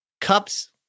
cups